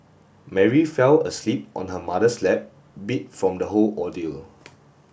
Mary fell asleep on her mother's lap beat from the whole ordeal